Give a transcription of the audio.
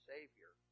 Savior